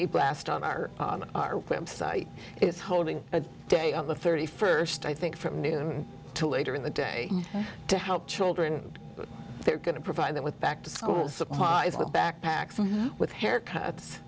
a blast on our on our website is holding a day on the thirty first i think from noon to later in the day to help children they're going to provide them with back to school supplies with backpacks and with haircuts